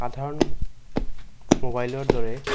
সাধাৰণ মোবাইলৰ দৰে